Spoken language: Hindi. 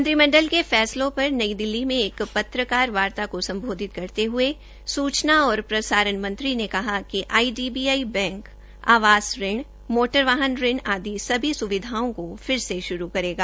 मंत्रिमंडल के फैसलों पर नई दिल्ली में एक पत्रकार वार्ता को सम्बोधित करते हये सूचना और प्रसारण मंत्री ने कहा िक आईडीबीआई आसान ऋण मोटर वाहन ऋण आदि सभी सुविधाओं को फिर से शुरू करेगा